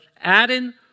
adding